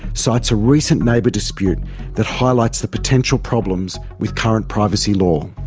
cites a recent neighbour dispute that highlights the potential problems with current privacy law.